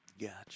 Gotcha